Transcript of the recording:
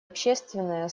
общественное